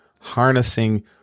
harnessing